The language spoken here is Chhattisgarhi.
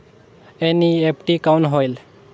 एन.ई.एफ.टी कौन होएल?